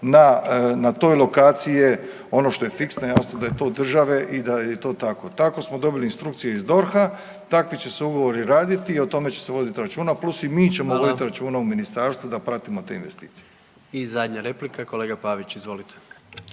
na toj lokaciji je ono što je fiksno jasno da je to od države i da je to tako. Tako smo dobili instrukcije iz DORH-a, takvi će se ugovori raditi i o tome će se voditi računa, plus i mi ćemo voditi računa u ministarstvu da pratimo te investicije. **Jandroković, Gordan